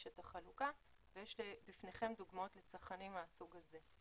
ויש לפניכם דוגמאות לצרכנים מהסוג הזה.